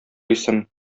исем